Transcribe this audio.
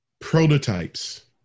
prototypes